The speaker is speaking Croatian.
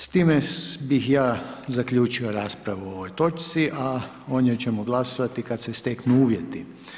S time bih ja zaključio raspravu o ovoj točci, a o njoj ćemo glasovati kad se steknu uvjeti.